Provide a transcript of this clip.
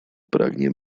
pragnie